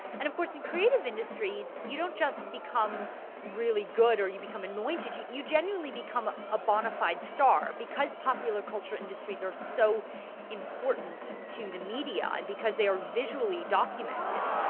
and of course in creative industries you don't just become really good or you become anointed. you you genuinely become a bona fide star because popular culture industries are so important to the media and because they are visually documented.